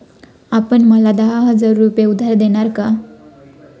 आपण मला दहा हजार रुपये उधार देणार का?